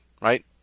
right